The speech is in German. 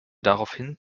daraufhin